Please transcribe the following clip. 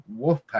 Wolfpack